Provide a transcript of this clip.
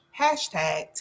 hashtag